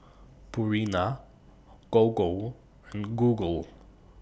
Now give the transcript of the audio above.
Purina Gogo and Google